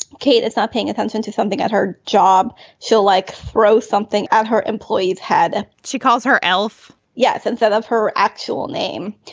kate is not paying attention to something at her job she'll like throw something at her employees head. she calls her elf yes instead of her actual name.